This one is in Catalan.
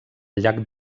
llac